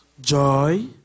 joy